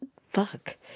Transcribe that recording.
fuck